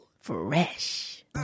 Fresh